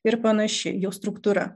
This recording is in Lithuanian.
ir panaši jų struktūra